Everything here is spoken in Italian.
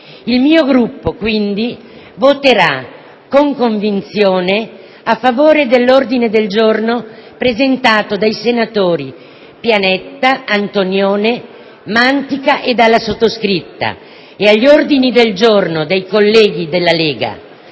II mio Gruppo, quindi, voterà con convinzione a favore degli ordini del giorno presentati dai senatori Pianetta, Antonione, Mantica e dalla sottoscritta, e alle mozioni dei colleghi della Lega,